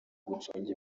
gucunga